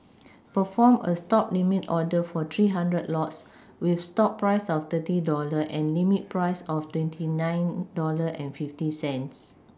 perform a stop limit order for three hundred lots with stop price of thirty dollar and limit price of twenty nine dollar and fifty cents